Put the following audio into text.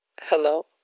Hello